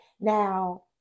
now